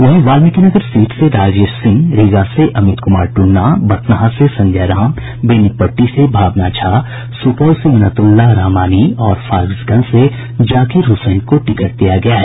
वहीं वाल्मीकिनगर सीट से राजेश सिंह रीगा से अमित कुमार टुन्ना बथनाहा से संजय राम बेनीपट्टी से भावना झा सुपौल से मिन्नाउतुल्लाह रहमानी और फारबिसगंज से जाकिर हुसैन को टिकट दिया गया है